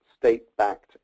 state-backed